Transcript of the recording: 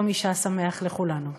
יום אישה שמח לכולנו.